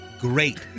great